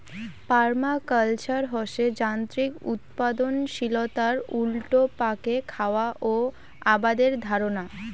permaculture হসে যান্ত্রিক উৎপাদনশীলতার উল্টাপাকে খারা ও আবাদের ধারণা